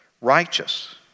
Righteous